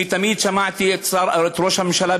אני תמיד שמעתי את ראש הממשלה,